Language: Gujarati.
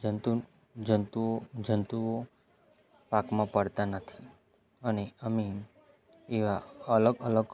જંતુઓ પાકમાં પડતા નથી અને અમે એવા અલગ અલગ